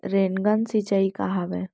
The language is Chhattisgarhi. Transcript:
रेनगन सिंचाई का हवय?